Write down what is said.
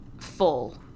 full